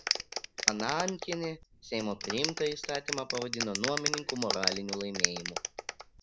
anankienė seimo priimtą įstatymą pavadino nuomininkų moraliniu laimėjimu